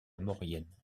maurienne